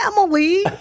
Emily